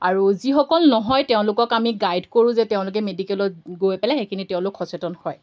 আৰু যিসকল নহয় তেওঁলোকক আমি গাইড কৰোঁ যে তেওঁলোকে মেডিকেলত গৈ পেলাই সেইখিনি তেওঁলোক সচেতন হয়